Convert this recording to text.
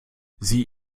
sie